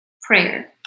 Prayer